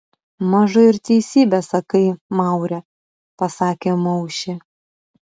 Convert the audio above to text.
mažu ir teisybę sakai maure pasakė maušė